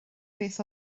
beth